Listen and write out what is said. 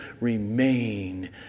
remain